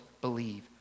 believe